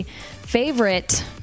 favorite